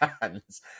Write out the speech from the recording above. hands